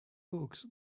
books